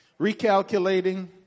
Recalculating